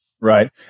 Right